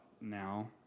now